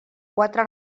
quatre